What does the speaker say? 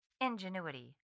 ingenuity